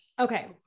Okay